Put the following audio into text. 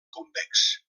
convex